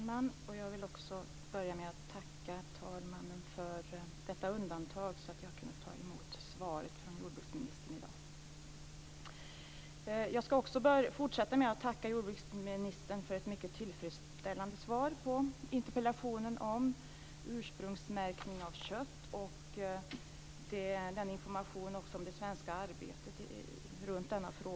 Fru talman! Jag vill börja med att tacka talmannen för att jag fick ta emot svaret från jordbruksministern i dag. Jag ska fortsätta med att tacka jordbruksministern för ett mycket tillfredsställande svar på interpellationen om ursprungsmärkning av kött och för informationen om det svenska arbetet kring denna fråga.